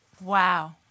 Wow